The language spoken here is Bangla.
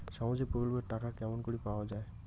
সামাজিক প্রকল্পের টাকা কেমন করি পাওয়া যায়?